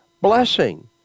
blessing